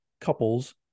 couples